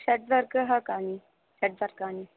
षड्वर्गः कानि षड्वर्गानि